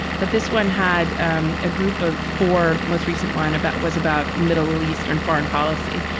but this one had um a group of four. the most recent one about was about middle eastern foreign policy.